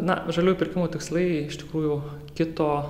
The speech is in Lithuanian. na žalių pirkimo tikslai iš tikrųjų kito